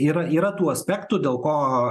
yra yra tų aspektų dėl ko